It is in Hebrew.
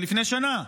לפני שנה,